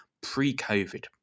pre-COVID